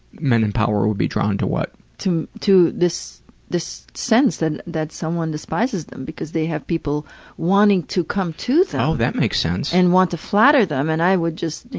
men and power would be drawn to what? to to this this sense that that someone despises them because they have people wanting to come to them. oh, that makes sense. and want to flatter them and i would just, you